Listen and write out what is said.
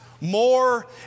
more